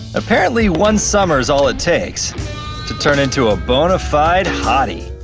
apparently one summer's all it takes to turn into a bonafide hottie.